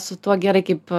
su tuo gerai kaip